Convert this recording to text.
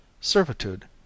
Servitude